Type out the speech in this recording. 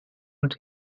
und